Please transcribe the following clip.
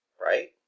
right